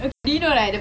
really